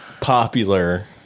Popular